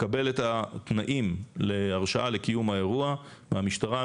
מקבל את התנאים להרשאה לקיום האירוע מהמשטרה,